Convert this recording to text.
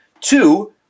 Two